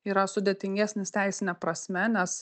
yra sudėtingesnis teisine prasme nes